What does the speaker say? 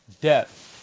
debt